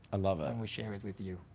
love it. and we share it with you,